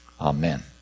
Amen